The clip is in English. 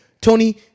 Tony